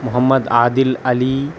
محمد Adil علی